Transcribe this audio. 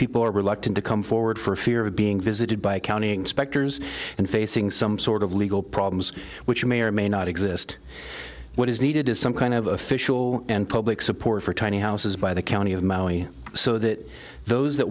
people are reluctant to come forward for fear of being visited by county inspectors and facing some sort of legal problems which may or may not exist what is needed is some kind of official and public support for tiny houses by the county of maui so that those that